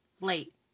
late